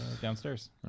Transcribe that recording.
Downstairs